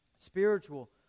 Spiritual